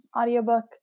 audiobook